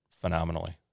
phenomenally